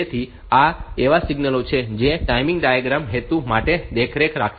તેથી આ એવા સિગ્નલો છે જે ટાઇમિંગ ડાયાગ્રામ હેતુ માટે દેખરેખ રાખશે